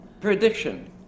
Prediction